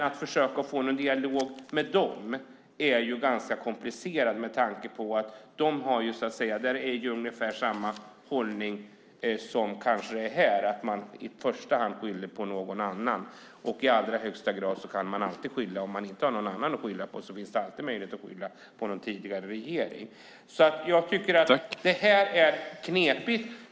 Att försöka att få en dialog med dem är ganska komplicerat med tanke på att de har ungefär samma hållning som här, det vill säga att man skyller på någon annan. Om man inte har någon annan att skylla på finns det alltid möjlighet att skylla på tidigare regering. Det här är knepigt.